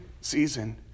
season